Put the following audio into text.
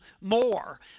more